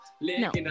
No